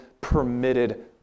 permitted